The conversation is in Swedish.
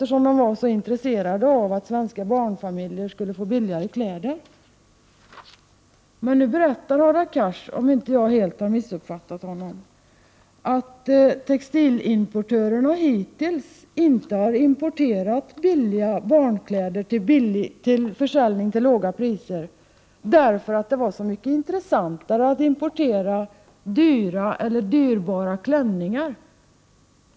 De var ju så intresserade av att svenska barnfamiljer skulle kunna köpa billigare barnkläder. Nu berättar Hadar Cars att textilimportörerna hittills inte har importerat billiga barnkläder för försäljning till låga priser, därför att det var så mycket intressantare att importera dyrare klänningar.